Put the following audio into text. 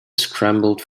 scrambled